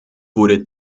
wurde